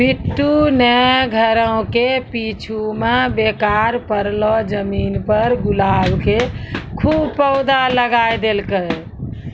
बंटू नॅ घरो के पीछूं मॅ बेकार पड़लो जमीन पर गुलाब के खूब पौधा लगाय देलकै